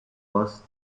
first